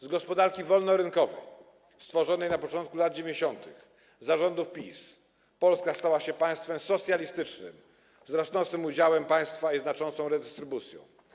Z gospodarki wolnorynkowej, stworzonej na początku lat 90., za rządów PiS Polska stała się państwem socjalistycznym, z rosnącym udziałem państwa i znaczącą redystrybucją.